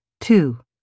Two